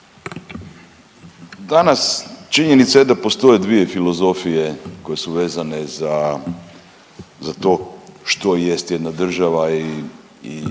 Danas činjenica je da postoje dvije filozofije koje su vezane za, za to što jest jedna država i,